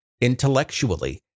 intellectually